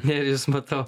nerijus matau